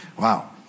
Wow